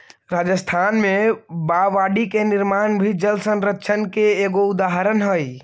राजस्थान में बावडि के निर्माण भी जलसंरक्षण के एगो उदाहरण हई